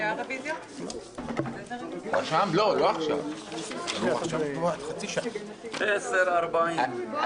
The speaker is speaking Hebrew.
הישיבה ננעלה בשעה 10:10.